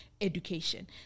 education